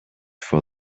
for